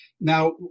Now